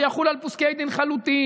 זה יחול על פסקי דין חלוטים,